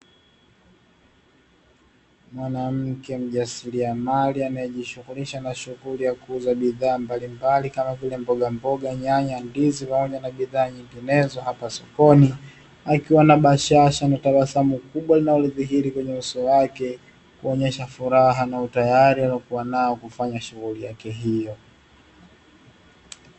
Mwanamke mjasiriamali anayejishughulisha na shughuli ya kuuza bidhaa mbalimbali kama vile mbogamboga, nyanya, ndizi pamoja na bidhaa nyinginezo hapo sokoni akiwa na bashasha ametabasamu kubwa linalothihiri kwenye uso wake kuonyesha furaha na utayari aliyekuwa nayo kufanya shughuli yake hiyo.